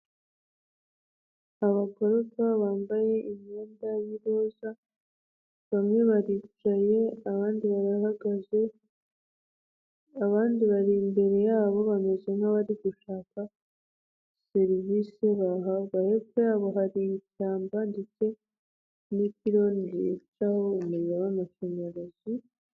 Abagororwa bambaye imyenda y'iroza, bamwe baricaye abandi barahagaze, abandi bari imbere yabo bameze nk'abari gushaka serivisi bahabwa, hepfo yabo hari ishyamba ndetse n'ipironi ricaho umuriro w'amashanyarazi.